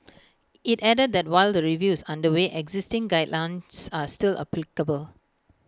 IT added that while the review is under way existing guidelines are still applicable